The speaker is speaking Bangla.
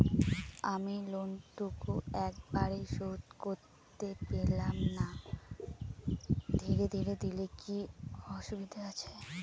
আমি লোনটুকু একবারে শোধ করতে পেলাম না ধীরে ধীরে দিলে কি অসুবিধে আছে?